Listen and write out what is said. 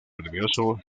nervioso